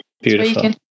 Beautiful